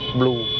blue